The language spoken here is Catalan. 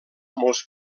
molts